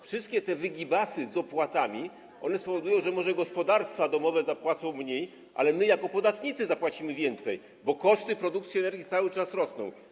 Wszystkie te wygibasy z opłatami spowodują, że może gospodarstwa domowe zapłacą mniej, ale my jako podatnicy zapłacimy więcej, bo koszty produkcji energii cały czas rosną.